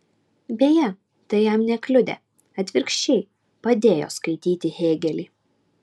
beje tai jam nekliudė atvirkščiai padėjo skaityti hėgelį